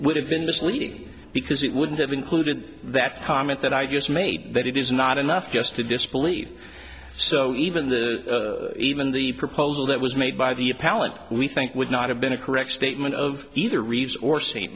would have been the sleeping because it wouldn't have included that comment that i just made that it is not enough just to disbelieve so even the even the proposal that was made by the pallant we think would not have been a correct statement of either reeves or st